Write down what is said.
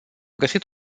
găsit